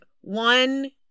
one